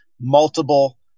multiple